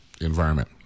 environment